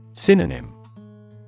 Synonym